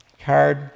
card